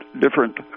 different